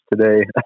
today